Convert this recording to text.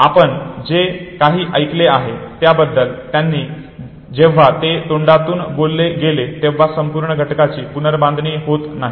कारण आपण जे काही ऐकले आहे त्याबद्दल आणि जेव्हा ते तोंडातून बोलले गेले तेव्हा संपूर्ण घटकाची पुनर्बांधणी होत नाही